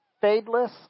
fadeless